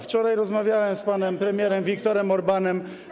Wczoraj rozmawiałem z panem premierem Victorem Orbánem.